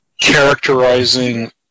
characterizing